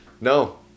No